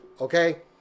okay